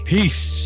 Peace